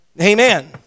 Amen